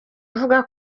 avuga